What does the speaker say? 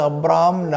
Abraham